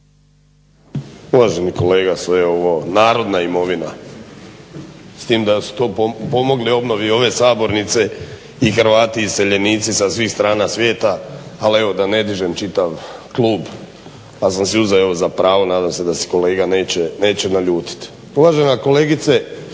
Uvaženi kolega sve je ovo narodna imovina s tim da su to pomogli i u obnovi ove sabornice i Hrvati iseljenici sa svih strana svijeta, ali evo da ne dižem čitav klub, pa sam si uzeo evo za pravo, nadam se da se kolega neće naljutit. Uvažena kolegice,